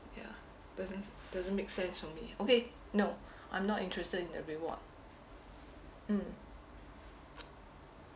ya doesn't doesn't make sense for me ah okay no I'm not interested in the reward mm